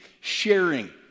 sharing